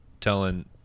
telling